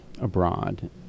abroad